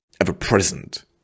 ever-present